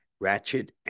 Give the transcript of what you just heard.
Ratchet &